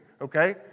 okay